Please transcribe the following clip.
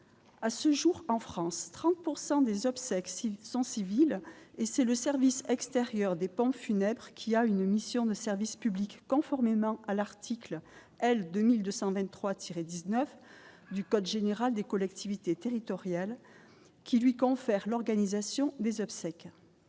à ce jour en France 30 pourcent des obsèques civiles sont civils et c'est le service extérieur dépend funèbre qui a une mission de service public, conformément à l'article L. 2223 19 du Code général des collectivités territoriales qui lui confère l'organisation des obsèques